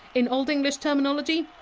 in old english terminology,